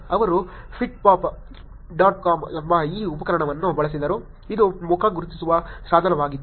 ಅವರು ಪಿಟ್ಪಾಟ್ dot com ಎಂಬ ಈ ಉಪಕರಣವನ್ನು ಬಳಸಿದರು ಇದು ಮುಖ ಗುರುತಿಸುವ ಸಾಧನವಾಗಿತ್ತು